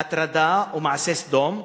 הטרדה ומעשה סדום,